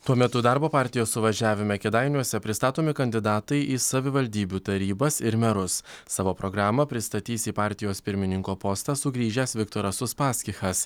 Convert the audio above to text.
tuo metu darbo partijos suvažiavime kėdainiuose pristatomi kandidatai į savivaldybių tarybas ir merus savo programą pristatys į partijos pirmininko postą sugrįžęs viktoras uspaskichas